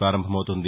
ప్రపారంభమవుతుంది